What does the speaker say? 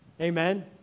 Amen